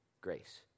grace